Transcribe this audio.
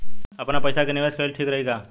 आपनपईसा के निवेस कईल ठीक रही का?